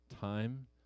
Time